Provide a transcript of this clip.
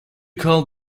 call